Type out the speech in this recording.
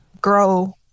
grow